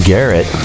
Garrett